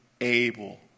able